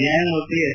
ನ್ಯಾಯಮೂರ್ತಿ ಎಸ್